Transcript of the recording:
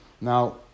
Now